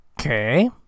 Okay